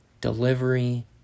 delivery